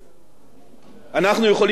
אנחנו יכולים לסמוך רק על עצמנו,